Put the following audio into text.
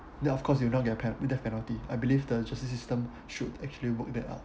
then of course you don't get pen~ death penalty I believe the justice system should actually work that out